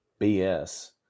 BS